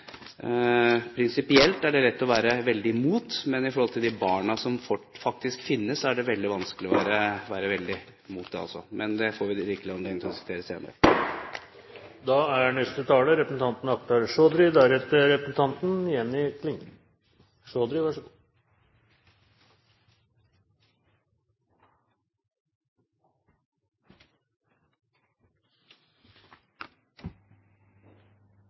Prinsipielt er det lett å være veldig mot, men i forhold til de barna som faktisk finnes, er det veldig vanskelig å være mot også. Men det får vi rikelig anledning til å diskutere senere.